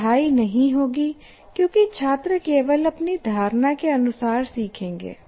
पढ़ाई नहीं होगी क्योंकि छात्र केवल अपनी धारणा के अनुसार सीखेंगे